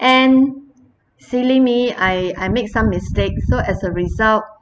and silly me I I make some mistakes so as a result